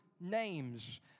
names